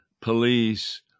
police